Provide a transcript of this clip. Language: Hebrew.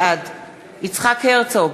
בעד יצחק הרצוג,